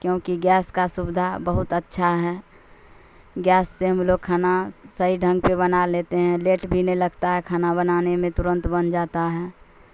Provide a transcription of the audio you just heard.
کیونکہ گیس کا سویدھا بہت اچھا ہے گیس سے ہم لوگ کھانا صحیح ڈھنگ پہ بنا لیتے ہیں لیٹ بھی نہیں لگتا ہے کھانا بنانے میں ترنت بن جاتا ہے